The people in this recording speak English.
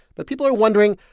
but people are wondering,